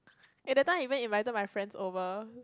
eh that time I even invited my friends over